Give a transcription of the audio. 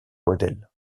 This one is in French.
modèles